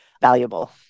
valuable